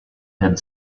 had